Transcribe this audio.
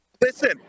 Listen